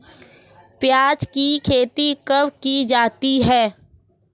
प्याज़ की खेती कब की जाती है?